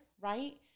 right